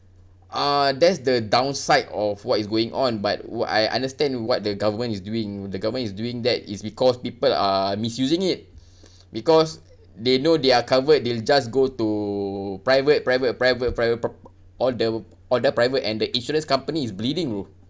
uh that's the downside of what is going on but w~ I understand what the government is doing the government is doing that is because people are misusing it because they know they are covered they'll just go to private private private private prop~ all the all the private and the insurance company is bleeding bro